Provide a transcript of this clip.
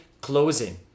closing